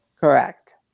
Correct